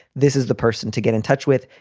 this is the person to get in touch with.